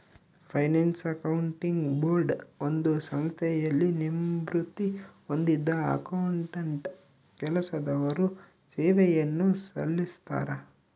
finance accounting board ಒಂದು ಸಂಸ್ಥೆಯಲ್ಲಿ ನಿವೃತ್ತಿ ಹೊಂದಿದ್ದ ಅಕೌಂಟೆಂಟ್ ಕೆಲಸದವರು ಸೇವೆಯನ್ನು ಸಲ್ಲಿಸ್ತರ